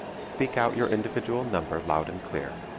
speak out your individual number loud and clear.